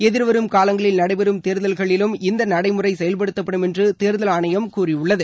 எதிர்வரும் காலங்களில் நடைபெறும் தேர்தல்களிலும் இந்த நடைமுறை செயல்படுத்தப்படும் என்று தேர்தல் ஆணையம் கூறியுள்ளது